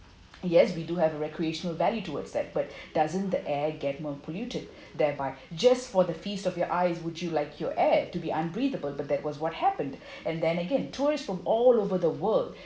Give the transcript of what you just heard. yes we do have recreational value towards that but doesn't the air get more polluted thereby just for the feast of your eyes would you like you air to be unbreathable that was what happened and then again tourists from all over the world